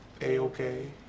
A-okay